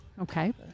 Okay